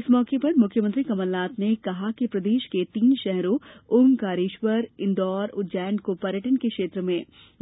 इस मौके पर मुख्यमंत्री कमलनाथ ने कहा कि प्रदेश के तीन शहरों ओमकारेश्वर इंदौर उज्जैन को पर्यटन के क्षेत्र में